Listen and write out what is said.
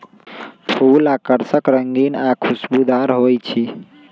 फूल आकर्षक रंगीन आ खुशबूदार हो ईछई